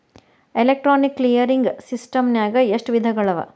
Electronic clearing ಸಿಸ್ಟಮ್ನಾಗ ಎಷ್ಟ ವಿಧಗಳವ?